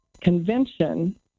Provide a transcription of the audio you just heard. convention